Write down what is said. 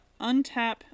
untap